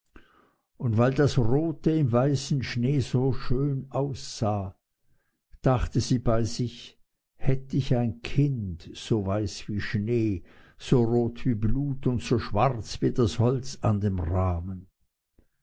und weil das rote im weißen schnee so schön aussah dachte sie bei sich hätt ich ein kind so weiß wie schnee so rot wie blut und so schwarz wie das holz an dem rahmen